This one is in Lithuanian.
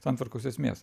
santvarkos esmės